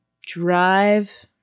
drive